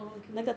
oh okay